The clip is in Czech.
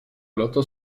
proto